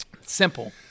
Simple